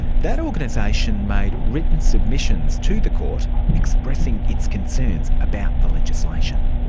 that organisation made written submissions to the court expressing its concerns about the legislation.